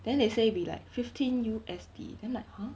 then they say be like fifteen U_S_D then like !huh!